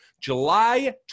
July